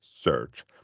search